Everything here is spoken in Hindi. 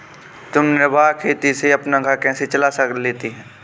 तुम निर्वाह खेती से अपना घर कैसे चला लेते हो?